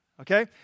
Okay